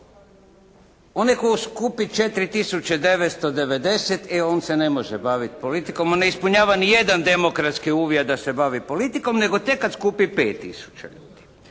Onaj tko skupi 4 tisuće 990 e on se ne može baviti politikom, on ne ispunjava ni jedan demokratski uvjet da se bavi politikom nego tek kada skupi 5 tisuća ljudi.